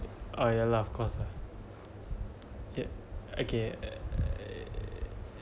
ah ya lah of course lah okay